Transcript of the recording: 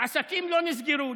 ועסקים לא נסגרו.